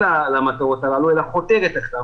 למטרות הללו, אלא חותרת תחתן.